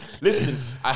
listen